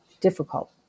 difficult